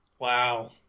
Wow